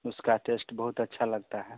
उसका टेस्ट बहुत अच्छा लगता है